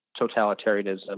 totalitarianism